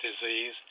disease